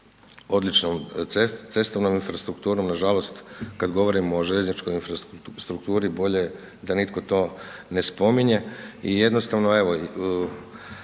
odličnom cestovnom infrastrukturom, nažalost kad govorimo o željezničkoj infrastrukturi, bolje da nitko to ne spominje i jednostavno evo,